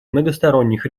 многосторонних